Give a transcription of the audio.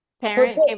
Parent